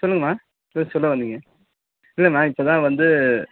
சொல்லுங்கமா சொல்ல வந்தீங்க இல்லம்மா இப்போதான் வந்து